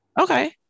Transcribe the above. Okay